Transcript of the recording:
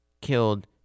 killed